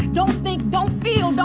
don't think. don't feel.